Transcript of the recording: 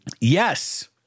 Yes